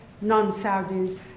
non-Saudis